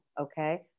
okay